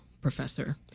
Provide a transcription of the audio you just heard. Professor